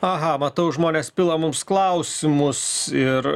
aha matau žmonės pila mums klausimus ir